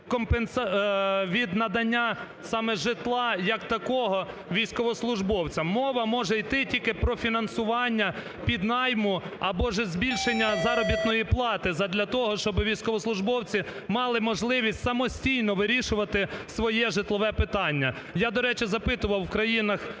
від надання саме житла як такого військовослужбовцям. Мова може тільки йти про фінансування піднайму або ж збільшення заробітної плати задля того, щоб військовослужбовці мали можливість самостійно вирішувати своє житлове питання. Я, до речі, запитував у країнах